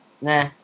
Nah